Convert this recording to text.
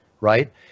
right